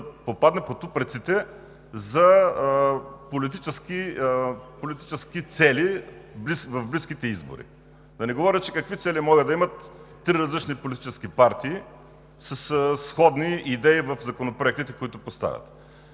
да попадне под упреците за политически цели в близките избори? Да не говоря какви цели могат да имат три различни политически партии със сходни идеи в законопроектите, които поставят.